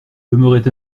demeuraient